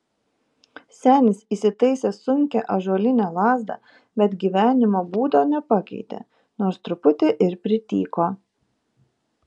senis įsitaisė sunkią ąžuolinę lazdą bet gyvenimo būdo nepakeitė nors truputį ir prityko